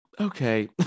okay